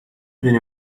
دونی